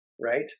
right